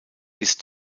ist